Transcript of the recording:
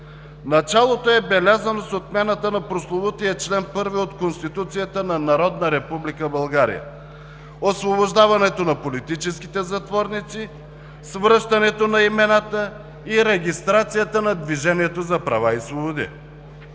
Началото е белязано с отмяната на прословутия чл. 1 от Конституцията на Народна Република България, освобождаването на политическите затворници, с връщането на имената и регистрацията на „Движението за права и свободи“.